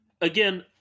again